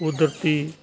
ਕੁਦਰਤੀ